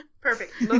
perfect